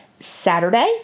Saturday